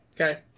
okay